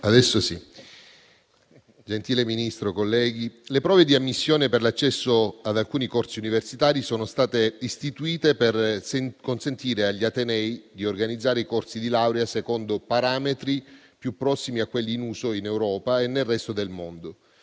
della ricerca* - Premesso che: le prove di ammissione per l'accesso ad alcuni corsi universitari sono state istituite allo scopo di consentire agli atenei di organizzare i corsi di laurea secondo parametri più prossimi a quelli in uso in Europa e nel resto del mondo.